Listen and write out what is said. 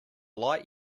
light